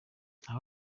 nta